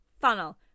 funnel